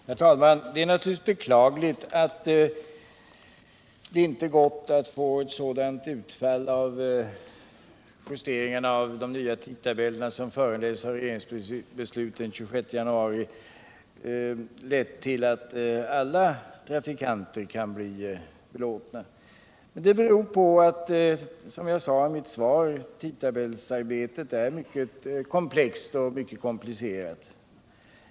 Herr talman! Det är naturligtvis beklagligt att det inte gått att få ett sådant utfall av de justeringar av de nya tidtabellerna som föranletts av regeringens beslut den 26 januari att alla trafikanter blivit belåtna. Men det beror på, som jag sade i mitt svar, att tidtabellsarbetet är mycket komplicerat.